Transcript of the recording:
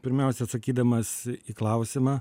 pirmiausia atsakydamas į klausimą